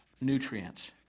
nutrients